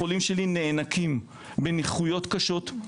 החולים שלי נאנקים מנכויות קשות,